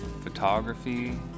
photography